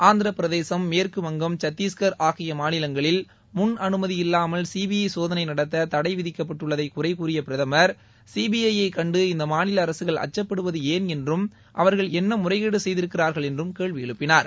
ஆந்திர பிரதேசம் மேற்கு வங்கம் சத்திஷ்கர் ஆகிய மாநிலங்களில் முன் அனுமதி இல்லாமல் சிபிஐ சோதனை நடத்த தடை விதிக்கப்பட்டுள்ளதை குறைகூறிய பிரதமர் சிபிஐ யை கண்டு இந்த மாநில அரசுகள் அச்சுப்படுவது ஏன் என்றும் அவா்கள் என்ன முறைகேடு செய்திருக்கிறார்கள் என்றும் கேள்வி எழுப்பினார்